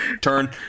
turn